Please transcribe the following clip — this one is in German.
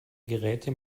geräte